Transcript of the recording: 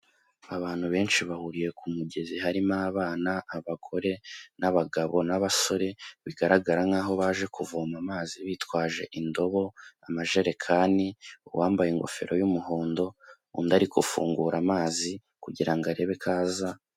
Abantu benshi bahuriye ku mugezi harimo abana, abagore, abagabo, n'abasore, bigaragara nkaho baje kuvoma amazi bitwaje indobo n'amajerekani; uwambaye ingofero y'umuhondo, undi ari gufungura amazi kugira ngo arebe ko aza.